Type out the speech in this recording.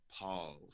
pause